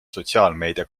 sotsiaalmeedia